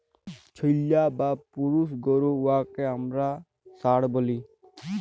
ছেইল্যা বা পুরুষ গরু উয়াকে আমরা ষাঁড় ব্যলি